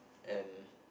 and